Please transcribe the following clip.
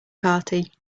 party